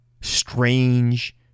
Strange